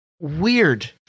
weird